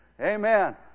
Amen